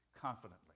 confidently